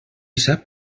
sap